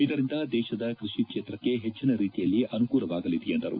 ಇದರಿಂದ ದೇಶದ ಕೃಷಿ ಕ್ಷೇತ್ರಕ್ಕೆ ಹೆಚ್ಚಿನ ರೀತಿಯಲ್ಲಿ ಅನುಕೂಲವಾಗಲಿದೆ ಎಂದರು